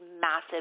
massive